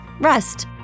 Rest